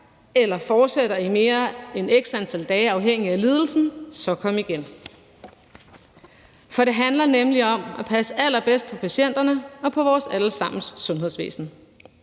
eller fortsætter i mere end x antal dage afhængigt af lidelsen, så kom igen. For det handler nemlig om at passe allerbedst på patienterne og på vores alle sammens sundhedsvæsen,